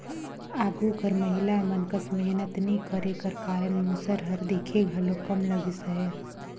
आघु कर महिला मन कस मेहनत नी करे कर कारन मूसर हर दिखे घलो कम लगिस अहे